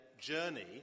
journey